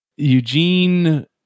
Eugene